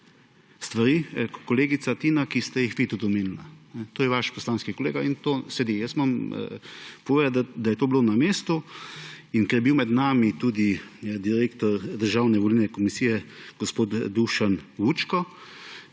stvari, kolegica Tina, ki ste jih vi tudi omenili. To je povedal vaš poslanski kolega in to sedi. Moram povedati, da je to bilo na mestu in ker je bil med nami tudi direktor Državne volilne komisije gospod Dušan Vučko,